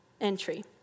entry